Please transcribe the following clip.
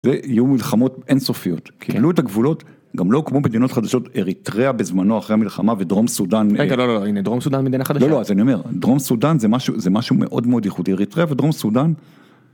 יהיו מלחמות אינסופיות קיבלו את הגבולות גם לא כמו מדינות חדשות אריתריה בזמנו אחרי המלחמה ודרום סודן דרום סודן מדינה חדשה דרום סודן זה משהו זה משהו מאוד מאוד ייחודי ריטריה ודרום סודן.